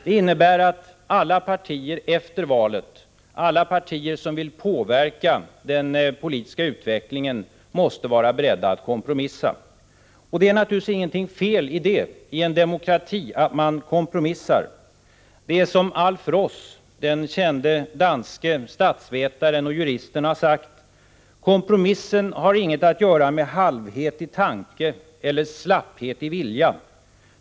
Det innebär att alla partier som efter valet vill påverka den politiska utvecklingen måste vara beredda att kompromissa. Och i en demokrati är det naturligtvis ingenting fel i att man kompromissar. Det är som Alf Ross, den kände danske statsvetaren och juristen, har sagt: Kompromissen har inget att göra med halvhet i tanke eller slapphet i vilja.